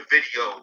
video